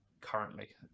currently